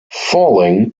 falling